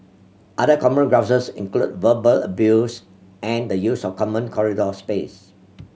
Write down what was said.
other common grouses include verbal abuse and the use of common corridor space